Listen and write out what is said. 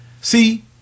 See